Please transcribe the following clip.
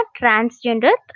transgender